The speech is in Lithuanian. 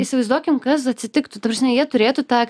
įsivaizduokim kas atsitiktų ta prasme jie turėtų tą